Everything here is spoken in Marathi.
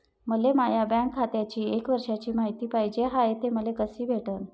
मले माया बँक खात्याची एक वर्षाची मायती पाहिजे हाय, ते मले कसी भेटनं?